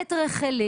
את רחלים